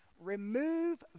Remove